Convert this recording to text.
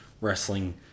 wrestling